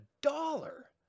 dollar